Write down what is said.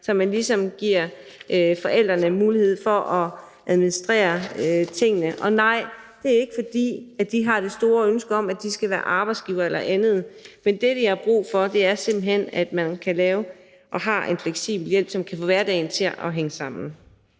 så man ligesom giver forældrene mulighed for at administrere tingene. Og nej, det er ikke, fordi de har det store ønske om, at de skal være arbejdsgiver eller andet, men det, de simpelt hen har brug for, er, at man kan lave og yde en fleksibel hjælp, som kan få hverdagen til at hænge sammen.